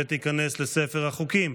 ותיכנס לספר החוקים.